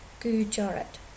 Gujarat